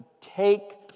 take